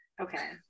Okay